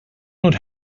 not